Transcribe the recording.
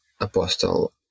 Apostle